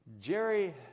Jerry